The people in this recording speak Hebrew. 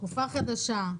תקופה חדשה,